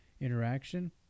interaction